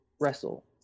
wrestle